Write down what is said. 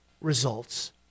results